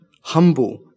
humble